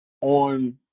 on